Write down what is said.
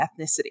ethnicity